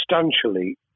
substantially